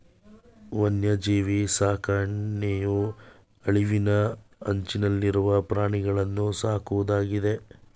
ವನ್ಯಜೀವಿ ಸಾಕಣೆಯು ಅಳಿವಿನ ಅಂಚನಲ್ಲಿರುವ ಪ್ರಾಣಿಗಳನ್ನೂ ಸಾಕುವುದಾಗಿದೆ